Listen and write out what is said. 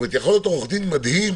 יכול להיות עורך דין מדהים